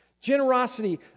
Generosity